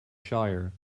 shire